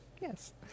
Yes